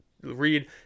read